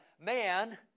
man